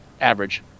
average